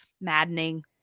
maddening